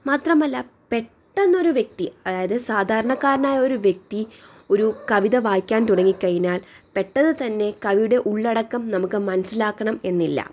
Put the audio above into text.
മാത്രമല്ല പെട്ടെന്ന് ഒരു വ്യക്തി അതായത് സാധാരണക്കാരനായ ഒരു വ്യക്തി ഒരു കവിത വായിക്കാൻ തുടങ്ങി കഴിഞ്ഞാൽ പെട്ടെന്ന് തന്നെ കവിയുടെ ഉള്ളടക്കം നമുക്ക് മനസ്സിലാക്കണം എന്നില്ല